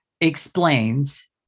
explains